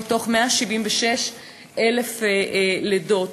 מתוך 176,000 לידות,